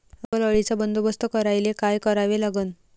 अस्वल अळीचा बंदोबस्त करायले काय करावे लागन?